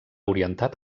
orientat